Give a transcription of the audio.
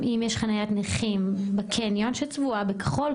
אם יש חניית נכים בקניון שצבועה בכחול,